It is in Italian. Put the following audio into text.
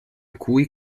cui